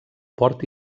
port